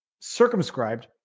circumscribed